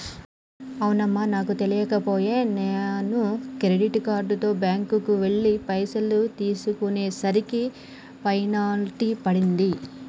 అవునమ్మా నాకు తెలియక పోయే నాను క్రెడిట్ కార్డుతో బ్యాంకుకెళ్లి పైసలు తీసేసరికి పెనాల్టీ పడింది